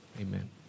amen